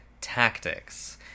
tactics